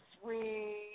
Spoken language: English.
sweet